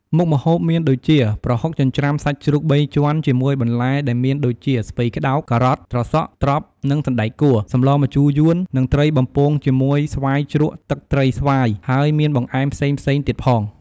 មុខម្ហូបមានដូចជា ប្រហុកចិញ្ច្រាំសាច់ជ្រូកបីជាន់ជាមួយបន្លែដែលមានដូចជា ស្ពៃក្តោប,ការ៉ុត,ត្រសក់,ត្រប់និងសណ្តែកគួរ សម្លរម្ជូរយួន និងត្រីបំពងជាមួយ ស្វាយជ្រក់ទឹកត្រីស្វាយ ហើយមានបង្អែមផ្សេងៗទៀតផង។